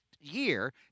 year